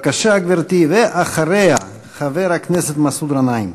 בבקשה, גברתי, ואחריה, חבר הכנסת מסעוד גנאים.